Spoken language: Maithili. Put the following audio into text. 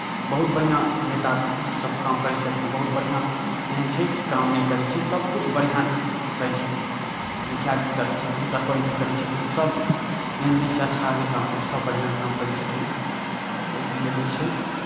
बहुत बढ़िऑं नेताजी सभ काम करै छथिन बहुत बढ़िऑं एहन छै कि काम नहि करै छै सभ किछु बढ़िऑं करै छथिन मुखिआ जी करै छथिन सरपन्च जी करै छथिन सभ एहन नहि छै अच्छा नहि काज करै छथिन सभ बढ़िऑं काम करै छथिन ओहिकेँ लिए नइ छै